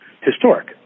historic